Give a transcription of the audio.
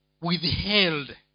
Withheld